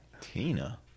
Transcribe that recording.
Tina